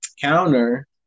counter